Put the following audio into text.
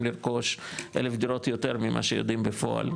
לרכוש אלף דירות יותר ממה שיודעים בפועל,